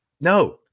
No